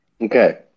Okay